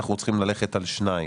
אנחנו צריכים ללכת על שניים.